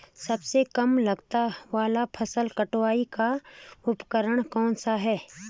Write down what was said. सबसे कम लागत वाला फसल कटाई का उपकरण कौन सा है?